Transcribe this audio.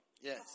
Yes